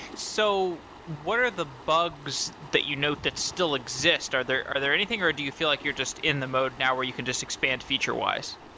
so what are the bugs that you know that still exist? are there are there anything, or do you feel like you're just in the mode now where you can just expand feature-wise?